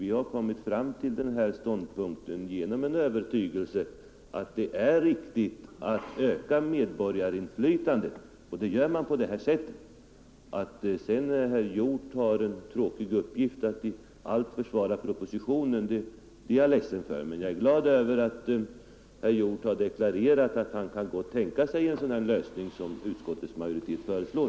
Vi har kommit fram till vår ståndpunkt på grund av en övertygelse om att det är viktigt att öka medborgarinflytandet, vilket man också gör på det här sättet. Sedan är jag ledsen för att herr Hjorth har den tråkiga uppgiften att i allt försvara propositionen, men det är bra att herr Hjorth har deklarerat, att han gott kan tänka sig en sådan lösning som den utskottets majoritet föreslår.